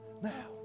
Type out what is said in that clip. now